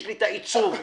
יש לי את העיצוב שלי,